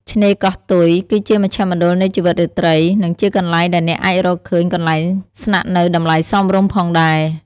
ឆ្នេរកោះទុយ គឺជាមជ្ឈមណ្ឌលនៃជីវិតរាត្រី និងជាកន្លែងដែលអ្នកអាចរកឃើញកន្លែងស្នាក់នៅតម្លៃសមរម្យផងដែរ។